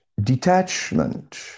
detachment